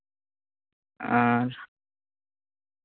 ᱟᱨ